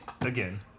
Again